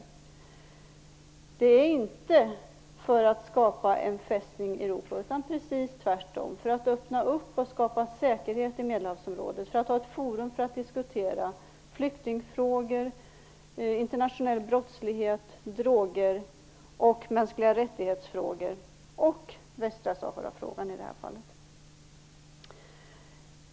Avsikten här är inte att skapa en Fästning Europa utan precis tvärtom, att skapa ökad öppenhet och säkerhet i Medelhavsområdet, att få ett forum för att kunna diskutera flyktingfrågor, internationell brottslighet, droger, frågor rörande mänskliga rättigheter och frågan om Västra Sahara.